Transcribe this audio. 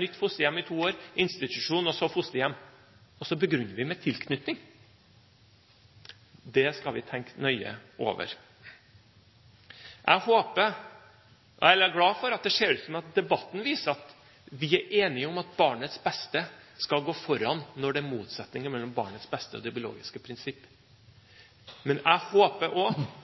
nytt fosterhjem i to år, institusjon og så fosterhjem – og så begrunner vi det med tilknytning! Det skal vi tenke nøye over. Jeg er glad for at det ser ut som om debatten viser at vi er enige om at barnets beste skal gå foran når det er motsetninger mellom barnets beste og det biologiske prinsipp. Men jeg håper